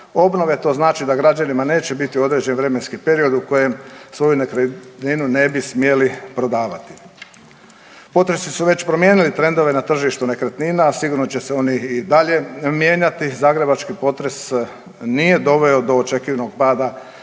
obnove. To znači da građanima neće biti određen vremenski period u kojem svoju nekretninu ne bi smjeli prodavati. Potresi su već promijenili trendove na tržištu nekretnina, a sigurno će se oni i dalje mijenjati. Zagrebački potres nije doveo do očekivanog pada